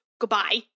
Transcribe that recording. goodbye